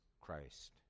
Christ